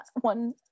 one